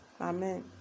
Amen